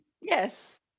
yes